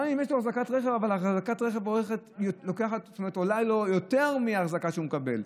גם אם יש לו אחזקת רכב אבל אחזקת עולה לו יותר מהאחזקה שהוא מקבל,